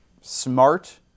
smart